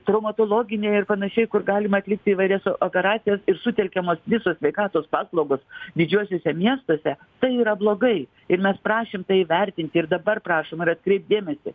traumatologiniai ir panašiai kur galima atlikti įvairias operacijas ir sutelkiamos visos sveikatos paslaugos didžiuosiuose miestuose tai yra blogai ir mes prašėm tai įvertinti ir dabar prašom ar atkreipt dėmesį